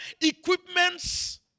equipments